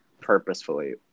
Purposefully